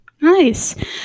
Nice